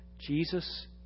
Jesus